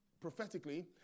prophetically